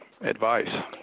advice